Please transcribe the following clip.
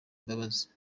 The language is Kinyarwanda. imbabazi